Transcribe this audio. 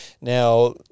Now